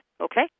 Okay